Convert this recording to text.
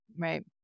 Right